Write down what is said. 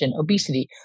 obesity